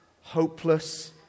hopeless